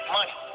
Money